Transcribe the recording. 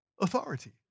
authority